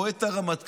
רואה את הרמטכ"ל,